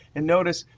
and notice,